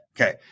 Okay